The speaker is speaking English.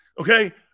Okay